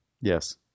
Yes